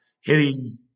hitting